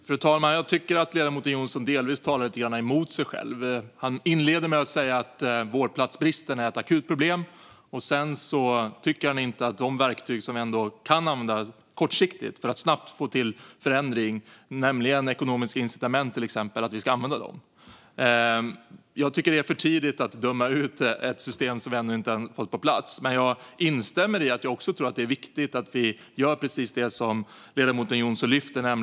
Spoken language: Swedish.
Fru talman! Jag tycker att ledamoten Jonsson delvis talar lite grann emot sig själv. Han inleder med att säga att vårdplatsbristen är ett akut problem. Sedan tycker han inte att vi ska använda de verktyg som vi ändå kan använda kortsiktigt för att snabbt få till förändring, nämligen till exempel ekonomiska incitament. Det är för tidigt att döma ut ett system som vi ännu inte fått på plats. Jag instämmer i att det är viktigt att vi gör precis det som ledamoten Jonsson lyfter fram.